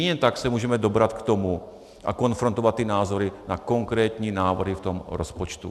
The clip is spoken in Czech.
Jedině tak se můžeme dobrat k tomu a konfrontovat názory na konkrétní návrhy v rozpočtu.